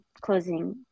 closing